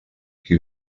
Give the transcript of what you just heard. qui